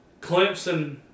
Clemson